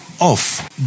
off